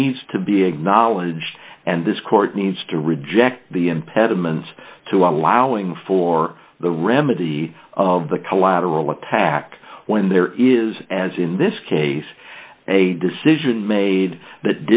needs to be acknowledged and this court needs to reject the impediments to allowing for the remedy of the collateral attack when there is as in this case a decision made